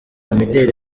imideli